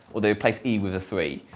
or they replace e with a three.